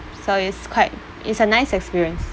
so it's quite it's a nice experience